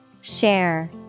Share